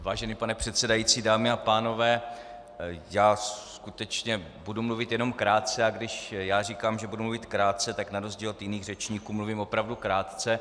Vážený pane předsedající, dámy a pánové, já skutečně budu mluvit jenom krátce, a když já říkám, že budu mluvit krátce, tak na rozdíl od jiných řečníků mluvím opravdu krátce.